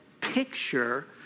picture